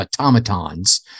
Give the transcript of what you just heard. automatons